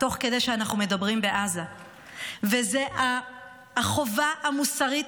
תוך כדי שאנחנו מדברים זאת החובה המוסרית